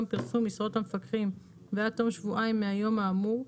פרסום משרות המפקחים ועד תום שבועיים מהיום האמור,